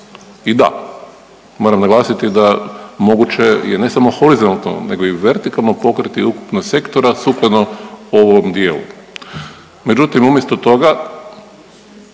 I da, moram naglasiti da moguće je ne samo horizontalno nego i vertikalno pokriti ukupnost sektora sukladno ovom dijelu. Međutim umjesto toga,